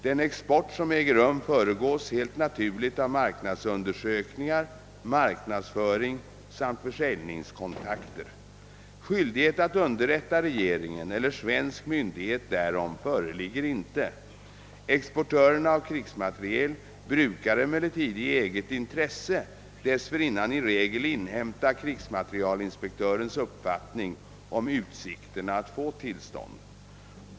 Den export som äger rum föregås helt naturligt av marknadsundersökningar, marknadsföring samt försäljningskontakter. Skyldighet att underrätta regeringen eller svensk myndighet därom föreligger inte. Exportörerna av krigsmateriel brukar emellertid i eget intresse dessförinnan i regel inhämta krigsmaterielinspektörens uppfattning om utsikterna att få tillstånd.